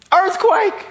Earthquake